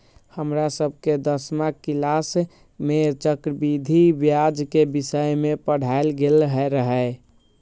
हमरा सभके दसमा किलास में चक्रवृद्धि ब्याज के विषय में पढ़ायल गेल रहै